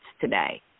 today